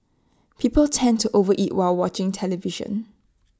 people tend to overeat while watching the television